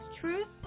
Truth